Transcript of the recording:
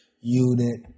unit